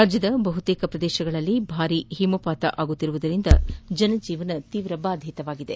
ರಾಜ್ದದ ಬಹುತೇಕ ಪ್ರದೇಶಗಳಲ್ಲಿ ಭಾರೀ ಹಿಮಪಾತವಾಗುತ್ತಿರುವುದರಿಂದ ಜನಜೀವನ ಬಾಧಿತವಾಗಿದೆ